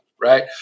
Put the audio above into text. right